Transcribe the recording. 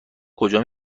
کجا